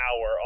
hour